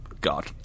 God